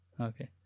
Okay